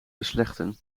beslechten